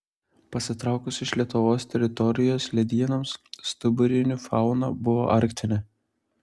pasitraukus iš lietuvos teritorijos ledynams stuburinių fauna buvo arktinė